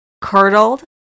curdled